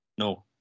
No